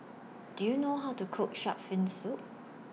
Do YOU know How to Cook Shark's Fin Soup